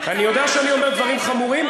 אני יודע שאני אומר דברים חמורים,